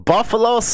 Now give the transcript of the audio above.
Buffalo